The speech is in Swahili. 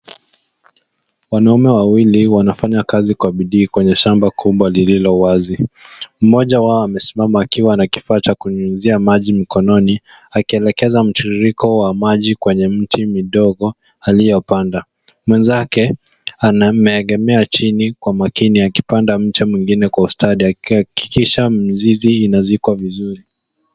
Wanaume wawili wanafanya kazi kwa bidii kwenye shamba kubwa lilio wazi. Mmoja wao amesimama akiwa na kifaa cha kunyunyuzia maji mkononi akielekeza mtiririko wa maji kwenye mti mdogo aliyo panda. Mwenzake ameegemea chini kwa makini akipanda mche mwingine kwa ustadi akihakikisha mizizi inazikwa vizuri.